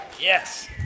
Yes